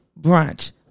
Brunch